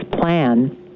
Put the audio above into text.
plan